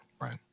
right